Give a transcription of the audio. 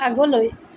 আগলৈ